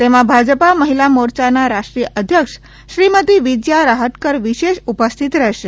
તેમાં ભાજપા મહિલા મોરચાના રાષ્ટ્રીય અધ્યક્ષ શ્રીમતી વિજયા રાહટકર વિશેષ ઉપસ્થિત રહેશે